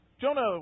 Jonah